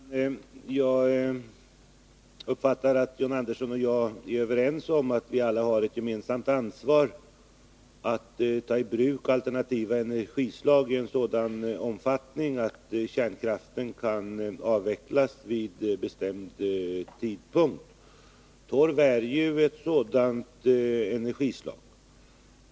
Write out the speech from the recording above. Herr talman! Jag uppfattar att John Andersson och jag är överens om att vi alla har ett gemensamt ansvar när det gäller att ta i bruk alternativa energislag ien sådan omfattning att kärnkraften kan avvecklas vid en bestämd tidpunkt. Torv är ju ett sådant energislag.